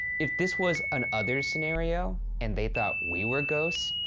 if this was an others scenario and they thought we were ghosts,